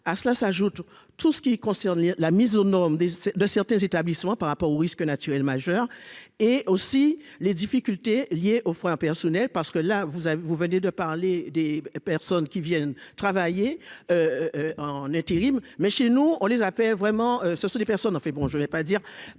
à cela s'ajoute tout ce qui concerne la mise aux normes des de certains établissements par rapport aux risques naturels majeurs et aussi les difficultés liées au impersonnel, parce que là vous avez, vous venez de parler des personnes qui viennent travailler en intérim, mais chez nous on les a pas vraiment, ce sont des personnes, en fait, bon je vais pas dire